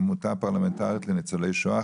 העמותה הפרלמנטרית לניצולי השואה,